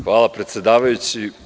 Hvala predsedavajući.